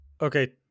Okay